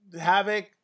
Havoc